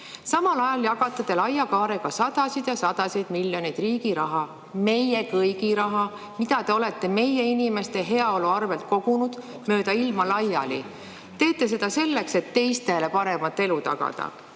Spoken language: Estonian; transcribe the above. ajal jagate laia kaarega sadasid ja sadasid miljoneid riigi raha, meie kõigi raha, mis te olete meie inimeste heaolu arvel kogunud, mööda ilma laiali. Te teete seda selleks, et teistele paremat elu tagada.